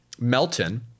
Melton